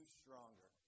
stronger